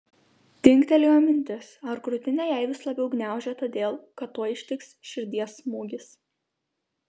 dingtelėjo mintis ar krūtinę jai vis labiau gniaužia todėl kad tuoj ištiks širdies smūgis